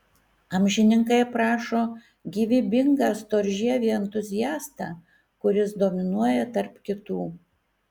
amžininkai aprašo gyvybingą storžievį entuziastą kuris dominuoja tarp kitų